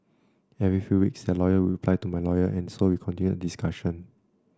every few weeks their lawyer would reply to my lawyer and so we continued the discussion